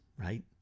right